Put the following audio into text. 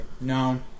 no